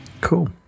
Cool